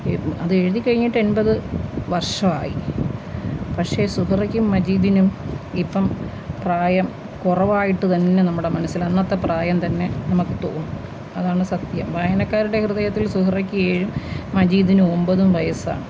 അതെഴുതിക്കഴിഞ്ഞിട്ട് എൺപത് വർഷമായി പക്ഷെ സുഹറയ്ക്കും മജീദിനും ഇപ്പോള് പ്രായം കുറവായിട്ട് തന്നെ നമ്മുടെ മനസിലന്നത്തെ പ്രായംതന്നെ നമുക്ക് തോന്നും അതാണ് സത്യം വായനക്കാരുടെ ഹൃദയത്തിൽ സുഹറയ്ക്ക് ഏഴും മജീദിന് ഒമ്പതും വയസ്സാണ്